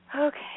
Okay